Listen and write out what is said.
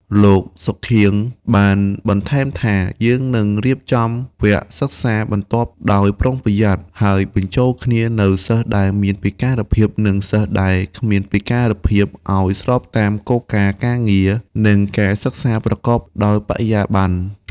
លោក សុខៀង បានបន្ថែមថា “យើងនឹងរៀបចំវគ្គសិក្សាបន្ទាប់ដោយប្រុងប្រយ័ត្ន ហើយបញ្ចូលគ្នានូវសិស្សដែលមានពិការភាពនិងសិស្សដែលគ្មានពិការភាពឱ្យស្របតាមគោលការណ៍ការងារនិងការសិក្សាប្រកបដោយបរិយាប័ន្ន។